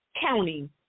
county